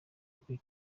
kuri